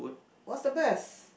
what's the best